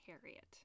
Harriet